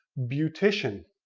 beautician.